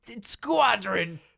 Squadron